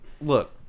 look